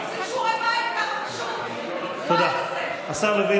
את תמכת בחוק הזה בנוסחו, והצבעת,